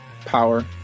power